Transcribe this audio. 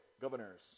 governors